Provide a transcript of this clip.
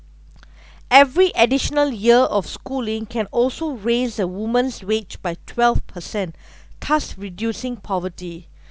every additional year of schooling can also raise a woman's wage by twelve percent thus reducing poverty